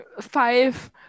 five